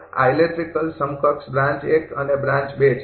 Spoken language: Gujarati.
આ ઇલેક્ટ્રિકલ સમકક્ષ બ્રાન્ચ અને છે